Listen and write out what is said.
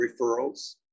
referrals